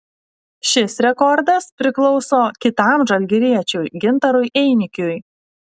šis rekordas priklauso kitam žalgiriečiui gintarui einikiui